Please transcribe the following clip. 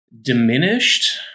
diminished